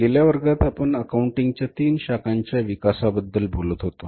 गेल्या वर्गात आपण अकाउंटिंग च्या तीन शाखांच्या विकासाबद्दल बोलत होतो